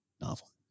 novel